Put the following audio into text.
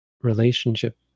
relationship